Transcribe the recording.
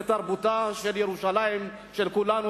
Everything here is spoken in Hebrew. לתרבותה של ירושלים של כולנו,